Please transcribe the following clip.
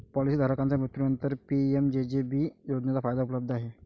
policy धारकाच्या मृत्यूनंतरच PMJJB योजनेचा फायदा उपलब्ध आहे